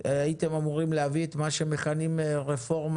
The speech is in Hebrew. הייתם אמורים להביא את מה שמכנים רפורמת